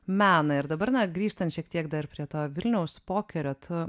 meną ir dabar na grįžtant šiek tiek dar prie to vilniaus pokerio tu